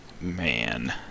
Man